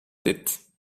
tête